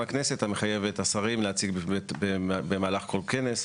הכנסת המחייב את השרים להציג במהלך כל כנס,